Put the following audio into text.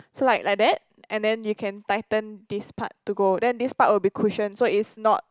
so like like that and then you can tighten this part to go then this part will be cushion so it's not